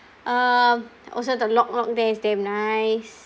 um also the lok lok there is damn nice